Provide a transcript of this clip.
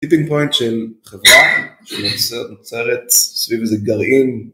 טיפינג פויינט של חברה שנוצרת סביב איזה גרעין